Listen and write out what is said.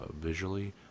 visually